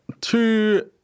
two